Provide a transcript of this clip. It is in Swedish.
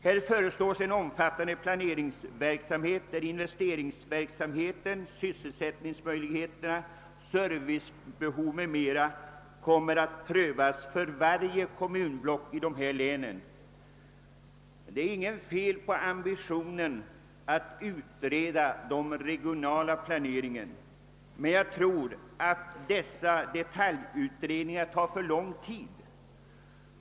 Här föreslås ett omfattande planeringsarbete, där investeringsverksamheten, sysselsättningsmöjligheterna, servicebehoven m.m. kommer att prövas för varje kommunblock inom norrlandslänen. Det är inget fel på ambitionen att vilja utreda den regionala planeringen, men jag tror att desssa detaljutredningar tar för lång tid.